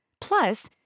Plus